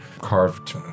carved